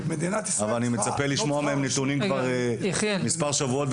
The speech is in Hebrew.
אבל אני מצפה לשמוע מהם נתונים כבר מספר שבועות,